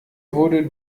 wurde